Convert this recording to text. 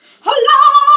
hello